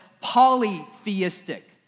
polytheistic